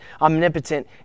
omnipotent